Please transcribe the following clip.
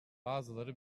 bazıları